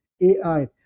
AI